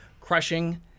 crushing